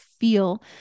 feel